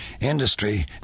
Industry